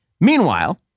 Meanwhile